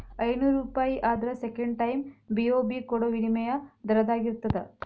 ಐನೂರೂಪಾಯಿ ಆದ್ರ second time BOB ಕೊಡೋ ವಿನಿಮಯ ದರದಾಗಿರ್ತದ